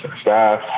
staff